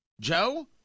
Joe